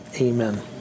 amen